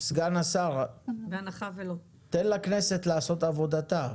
סגן השר, תן לכנסת לעשות את עבודתה.